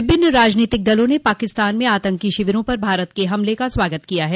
विभिन्न राजनीतिक दलों ने पाकिस्तान में आतंकी शिविरों पर भारत के हमले का स्वागत किया है